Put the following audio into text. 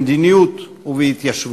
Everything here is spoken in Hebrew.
במדיניות ובהתיישבות.